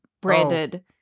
branded